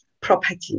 property